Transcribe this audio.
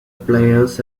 players